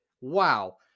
Wow